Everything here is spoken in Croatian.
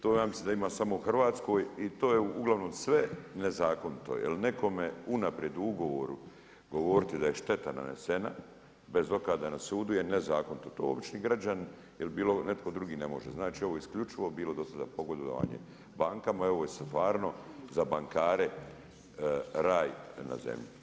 To ja mislim da ima samo u Hrvatskoj, i to je uglavnom sve nezakonito, jer nekome unaprijed u govoru govoriti da je šteta nanesena, bez dokaza na sudu, je nezakonito, to obični građani ili bilo netko drugi ne može, znači ovo je isključivo bilo dosada pogodovanje bankama i ovo je stvarno za bankare raj na zemlji.